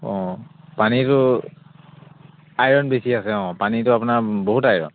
অঁ পানীটো আইৰণ বেছি আছে অঁ পানীটো আপোনাৰ বহুত আইৰণ